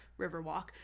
Riverwalk